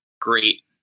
great